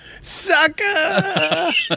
sucker